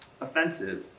offensive